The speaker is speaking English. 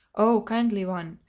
oh kindly one,